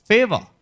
Favor